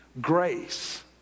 grace